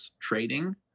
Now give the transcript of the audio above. Trading